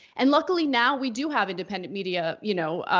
and luckily now we do have independent media. you know